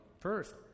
first